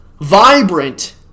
vibrant